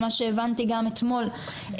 ממה שהבנתי גם אתמול,